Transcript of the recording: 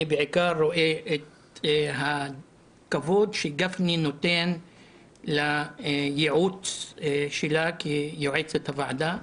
רואה את הכבוד שגפני נותן לייעוץ שלה כיועצת הוועדה.